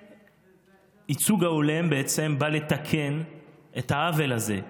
ייצוג הולם בעצם בא לתקן את העוול הזה,